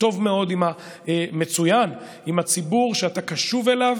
טוב מאוד, מצוין, עם הציבור, שאתה קשוב אליו,